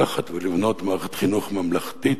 לקחת ולבנות מערכת חינוך ממלכתית